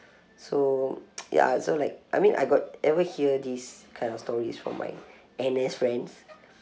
so ya so like I mean I got ever hear this kind of stories from my N_S friends